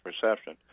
perception